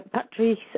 Patrice